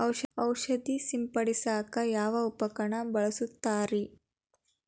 ಔಷಧಿ ಸಿಂಪಡಿಸಕ ಯಾವ ಉಪಕರಣ ಬಳಸುತ್ತಾರಿ?